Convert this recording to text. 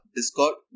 Discord